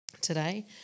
today